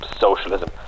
socialism